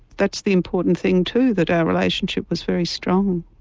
that's the important thing too that our relationship was very strong.